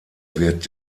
wird